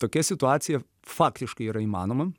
tokia situacija faktiškai yra įmanoma